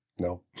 no